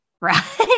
right